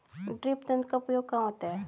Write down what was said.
Drip तंत्र का उपयोग कहाँ होता है?